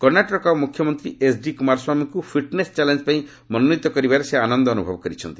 କର୍ଷ୍ଣାଟକର ମୁଖ୍ୟମନ୍ତ୍ରୀ ଏଚ୍ଡି କୁମାରସ୍ୱାମୀଙ୍କୁ ଫିଟ୍ନେସ ଚ୍ୟାଲେଞ୍ଜ ପାଇଁ ମନୋନୀତ କରିବାରେ ସେ ଆନନ୍ଦ ଅନୁଭବ କରୁଛନ୍ତି